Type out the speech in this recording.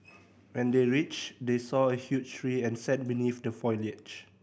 when they reached they saw a huge tree and sat beneath the foliage